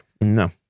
No